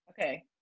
Okay